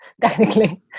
Technically